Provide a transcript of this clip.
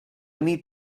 need